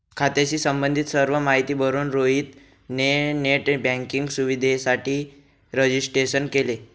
खात्याशी संबंधित सर्व माहिती भरून रोहित ने नेट बँकिंग सुविधेसाठी रजिस्ट्रेशन केले